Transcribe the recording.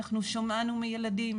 אנחנו שמענו מילדים,